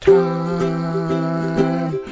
time